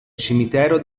cimitero